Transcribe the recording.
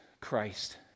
Christ